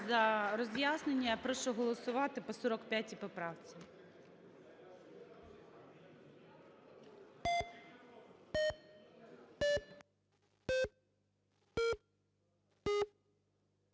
за роз'яснення. Прошу голосувати по 45 поправці.